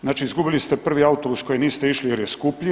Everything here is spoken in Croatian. Znači izgubili ste prvi autobus koji niste išli jer je skuplji.